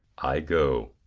i go.